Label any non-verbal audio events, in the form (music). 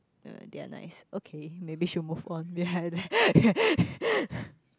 uh they are nice okay maybe should move on (breath)